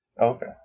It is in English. okay